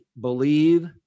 believe